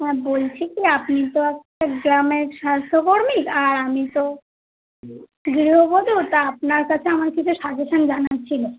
হ্যাঁ বলছি কি আপনি তো একটা গ্রামের স্বাস্থ্য কর্মী আর আমি তো গৃহবধূ তা আপনার কাছে আমার কিছু সাজেশান জানার ছিলো